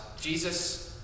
Jesus